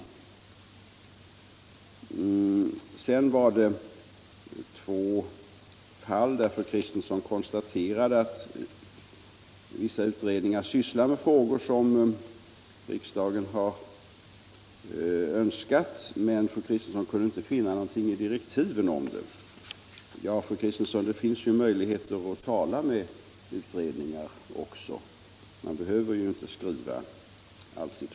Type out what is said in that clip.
Till slut berörde fru Kristensson två fall där hon konstaterade att vissa utredningar sysslar med frågor som riksdagen har önskat få utredda, men att hon inte kunde finna någonting om direktiven för dessa utredningar. Här vill jag svara fru Kristensson att det ju finns möjligheter att också tala med dem som utreder ett ärende, man behöver inte alltid skriva.